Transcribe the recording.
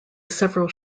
several